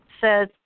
says